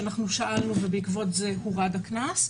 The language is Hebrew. ובעקבות זה הורד הקנס.